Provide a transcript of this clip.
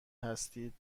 هستید